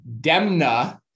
Demna